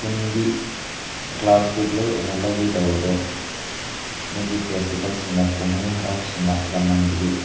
ꯁ꯭ꯀꯨꯜꯒꯤ class regular ꯑꯣꯏꯅ ꯂꯧꯒꯗꯕꯗꯣ ꯃꯣꯏꯒꯤ ꯐꯦꯁꯇꯤꯕꯦꯜꯁꯤꯡꯅ ꯀꯨꯝꯍꯩ ꯍꯔꯥꯎꯁꯤꯡꯅ ꯌꯥꯝꯃꯟꯕꯒꯤ